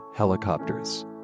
Helicopters